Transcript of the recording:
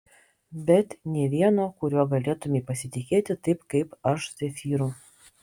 bet nė vieno kuriuo galėtumei pasitikėti taip kaip aš zefyru